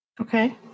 Okay